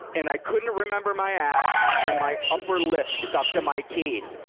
and i couldn't remember my act, and my upper lip stuck to my teeth.